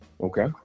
Okay